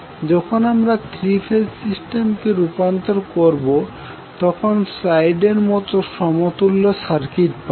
যখন আমরা three phase সিস্টেমকে রূপান্তর করবো তখন স্লাইডেরমতো সমতুল্য সার্কিট পাবো